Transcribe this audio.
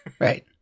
Right